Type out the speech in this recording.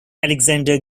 alexander